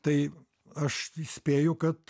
tai aš įspėju kad